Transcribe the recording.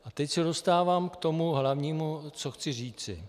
A teď se dostávám k tomu hlavnímu, co chci říci.